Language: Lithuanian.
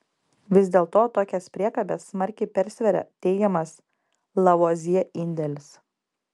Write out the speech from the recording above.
vis dėlto tokias priekabes smarkiai persveria teigiamas lavuazjė indėlis